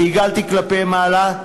ועיגלתי כלפי מעלה,